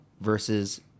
versus